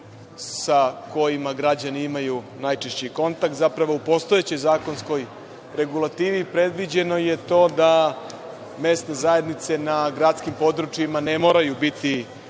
sa kojima građani imaju najčešći kontakt. Zapravo, u postojećoj zakonskoj regulativi predviđeno je to da mesne zajednice na gradskim područjima ne moraju biti